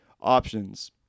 options